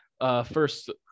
first